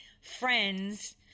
friends